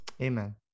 amen